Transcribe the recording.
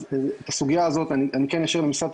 אז את הסוגיה הזאת אני כן אשאיר למשרד התקשורת,